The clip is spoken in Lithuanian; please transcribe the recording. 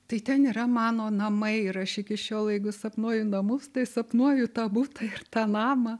tai ten yra mano namai ir aš iki šiol jeigu sapnuoju namus tai sapnuoju tą butą ir tą namą